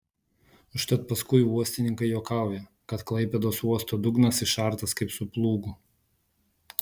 užtat paskui uostininkai juokauja kad klaipėdos uosto dugnas išartas kaip su plūgu